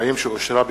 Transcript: הכרזה לסגן המזכיר.